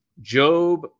job